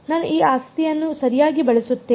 ನಾನು ಈ ಆಸ್ತಿಯನ್ನು ಸರಿಯಾಗಿ ಬಳಸುತ್ತೇನೆ